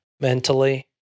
mentally